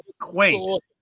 quaint